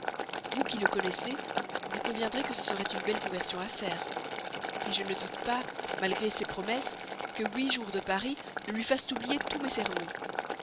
vous qui le connaissez vous conviendrez que ce serait une belle conversion à faire mais je ne doute pas malgré ses promesses que huit jours de paris ne lui fassent oublier tous mes sermons